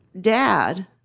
dad